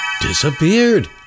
disappeared